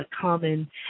common